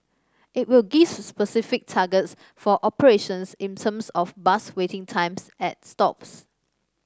it will gives specific targets for operations in terms of bus waiting times at stops